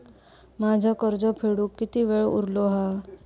माझा कर्ज फेडुक किती वेळ उरलो हा?